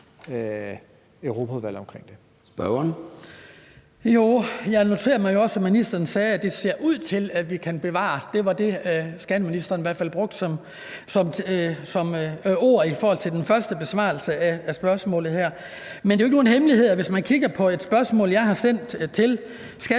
Jeg noterer mig jo også, at ministeren sagde, at det ser ud til, at vi kan bevare det. Det var i hvert fald de ord, som skatteministeren brugte i forhold til den første besvarelse af spørgsmålet her. Men det er jo ikke nogen hemmelighed, at hvis man kigger på et spørgsmål, jeg sendte til skatteministeren,